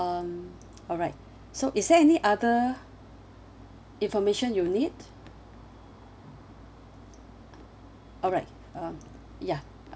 um alright so is there any other information you need alright um ya